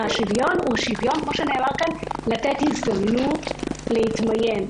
השוויון הוא לתת הזדמנות להתמיין.